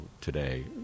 today